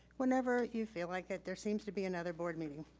whenever you feel like it there seems to be another board meeting.